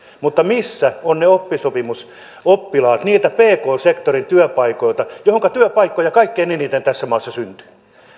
mutta missä ovat ne oppisopimusoppilaat niillä pk sektorin työpaikoilla joihinka työpaikkoja kaikkein eniten tässä maassa syntyy